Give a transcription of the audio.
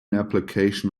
application